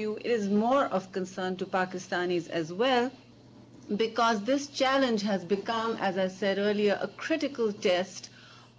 you is more of concern to pakistanis as well because this challenge has become as i said earlier a critical test